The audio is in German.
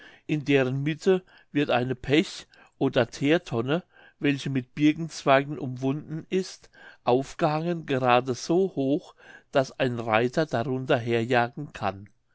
in deren mitte wird eine pech oder theertonne welche mit birkenzweigen umwunden ist aufgehangen gerade so hoch daß ein reiter darunter herjagen kann